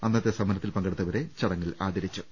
അന്നത്തെ സമ രത്തിൽ പങ്കെടുത്തവരെ ചടങ്ങിൽ ആദരിച്ചു